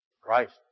Christ